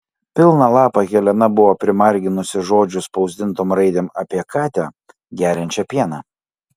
pilną lapą helena buvo primarginusi žodžių spausdintom raidėm apie katę geriančią pieną